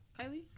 Kylie